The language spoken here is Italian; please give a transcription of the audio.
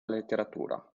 letteratura